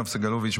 יואב סגלוביץ',